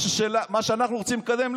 מה שאנחנו רוצים לקדם,